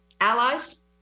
allies